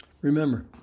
Remember